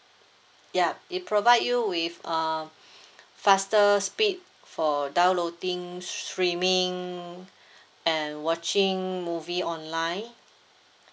yup it provide you with um faster speed for downloading streaming and watching movie online